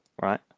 right